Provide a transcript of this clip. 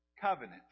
covenant